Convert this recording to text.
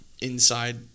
inside